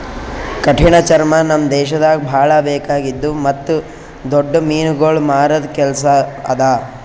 ಕಠಿಣ ಚರ್ಮ ನಮ್ ದೇಶದಾಗ್ ಭಾಳ ಬೇಕಾಗಿದ್ದು ಮತ್ತ್ ದೊಡ್ಡ ಮೀನುಗೊಳ್ ಮಾರದ್ ಕೆಲಸ ಅದಾ